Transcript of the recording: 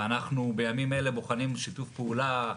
אנחנו בימים אלה בוחנים שיתוף פעולה,